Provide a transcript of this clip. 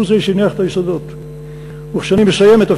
הוא שהניח את היסודות.